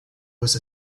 was